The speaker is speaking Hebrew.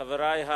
חברי,